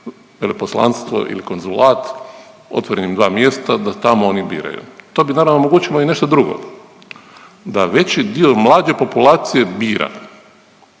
veleposlanstvo ili konzulat, otvorenim dva mjesta da tamo oni biraju. To bi naravno omogućilo i nešto drugo, da veći dio mlađe populacije bira.